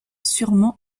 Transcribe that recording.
sûrement